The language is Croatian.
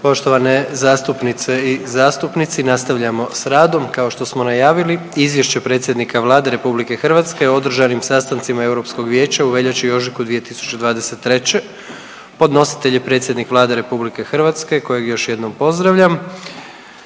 Poštovane zastupnice i zastupnici, nastavljamo s radom, kao što smo najavili. - Izvješće predsjednika Vlade Republike Hrvatske o održanim sastancima Europskoga vijeća u veljači i ožujku 2023.; Podnositelj je predsjednik Vlade RH kojeg još jednom pozdravljam.